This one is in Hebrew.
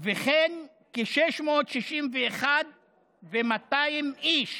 וכן כ-661,200 איש